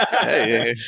hey